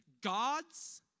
God's